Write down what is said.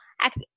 act